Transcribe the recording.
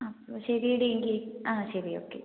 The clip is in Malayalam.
അപ്പോൾ ശെരിയെടി എങ്കിൽ ആ ശരി ഓക്കെ